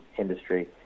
industry